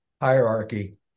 hierarchy